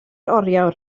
oriawr